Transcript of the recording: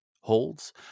holds